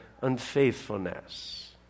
unfaithfulness